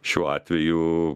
šiuo atveju